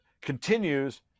continues